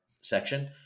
section